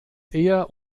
eher